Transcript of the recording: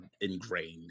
ingrained